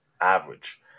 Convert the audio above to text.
average